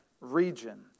region